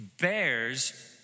bears